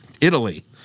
Italy